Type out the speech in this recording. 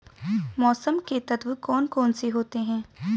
मौसम के तत्व कौन कौन से होते हैं?